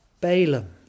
Balaam